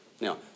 Now